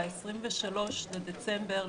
ב-23 בדצמבר,